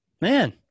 man